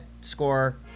score